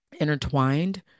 intertwined